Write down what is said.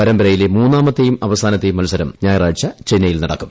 പരമ്പരയിലെ മൂന്നാമത്തേയും അവസാനത്തെയും മത്സരം ഞായറാഴ്ച ചെന്നൈയിൽ നടക്കും